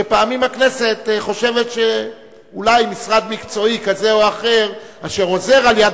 שפעמים הכנסת חושבת שאולי משרד מקצועי כזה או אחר אשר עוזר על יד